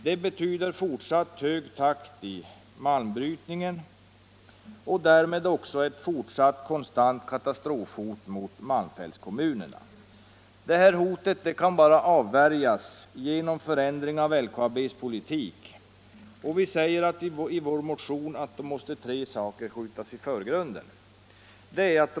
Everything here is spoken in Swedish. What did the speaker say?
Det betyder fortsatt hög takt i malmbrytningen och därmed också ett fortsatt konstant katastrofhot mot malmfältskommunerna. Detta hot kan bara avvärjas genom förändring av LKAB:s politik, och vi säger i vår motion att då måste tre saker skjutas i förgrunden: ”1.